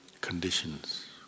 conditions